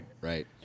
Right